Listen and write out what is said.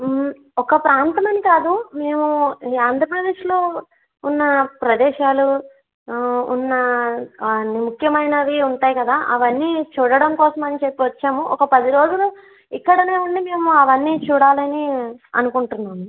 ఒక ప్రాంతం అని కాదు మేము ఈ ఆంధ్రప్రదేశ్లో ఉన్న ప్రదేశాలు ఉన్న అన్ని ముఖ్యమైనవి ఉంటాయి కదా అవన్నీ చూడడం కోసం అని చెప్పి వచ్చాము ఒక పది రోజులు ఇక్కడనే ఉండి మేము అవన్నీ చూడాలని అనుకుంటున్నాము